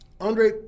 Andre